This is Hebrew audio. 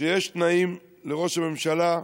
שיש תנאים לראש הממשלה,